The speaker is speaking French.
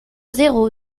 zéro